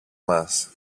μας